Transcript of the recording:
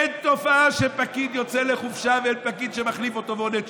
אין תופעה של פקיד שיוצא לחופשה ואין פקיד שמחליף אותו ונותן תשובה,